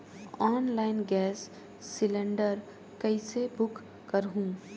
Online gas cylinder कइसे book करहु?